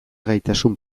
gaitasun